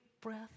breath